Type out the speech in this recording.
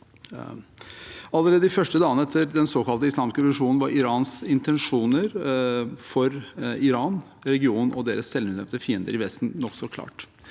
Allerede de første dagene etter den såkalt islamske revolusjonen var Irans intensjoner – for Iran, regionen og deres selvutnevnte fiender i Vesten – nokså klare.